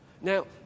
Now